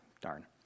darn